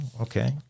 Okay